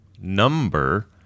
number